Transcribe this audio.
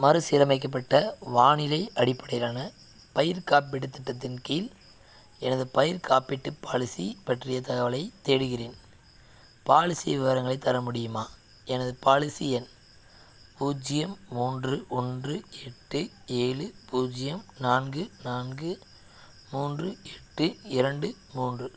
மறுசீரமைக்கப்பட்ட வானிலை அடிப்படையிலான பயிர்க் காப்பீட்டுத் திட்டத்தின் கீழ் எனது பயிர்க் காப்பீட்டுப் பாலிசி பற்றிய தகவலைத் தேடுகிறேன் பாலிசி விவரங்களைத் தர முடியுமா எனது பாலிசி எண் பூஜ்ஜியம் மூன்று ஒன்று எட்டு ஏழு பூஜ்ஜியம் நான்கு நான்கு மூன்று எட்டு இரண்டு மூன்று